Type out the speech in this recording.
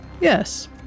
Yes